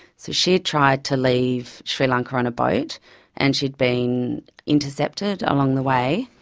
so she had tried to leave sri lanka on a boat and she had been intercepted along the way.